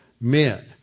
men